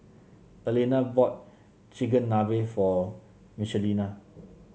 Elena bought Chigenabe for Michelina